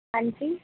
ਹਾਂਜੀ